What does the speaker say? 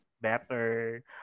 better